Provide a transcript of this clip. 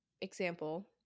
example